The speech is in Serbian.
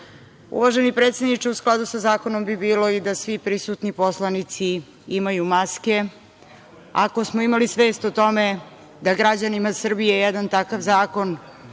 predsedniče, u skladu sa zakonom bi bilo i da svi prisutni poslanici imaju maske. Ako smo imali svest o tome da građanima Srbije jedan takav zakon